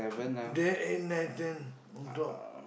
there in listen or drop